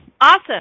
awesome